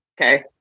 okay